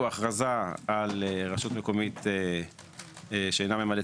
הוא הכרזה על רשות מקומית שאינה ממלאת